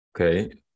okay